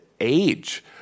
age